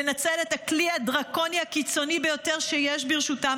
לנצל את הכלי הדרקוני הקיצוני ביותר שיש ברשותם,